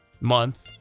month